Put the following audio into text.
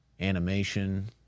animation